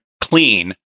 clean